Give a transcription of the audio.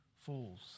fools